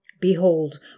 Behold